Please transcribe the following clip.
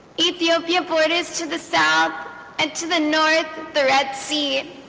ethiopia borders to the south and to the north the red sea